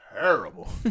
terrible